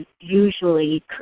usually